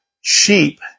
sheep